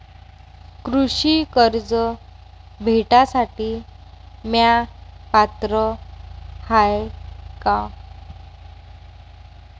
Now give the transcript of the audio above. कृषी कर्ज भेटासाठी म्या पात्र हाय का?